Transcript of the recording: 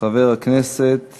חברת הכנסת